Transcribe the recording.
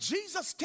Jesus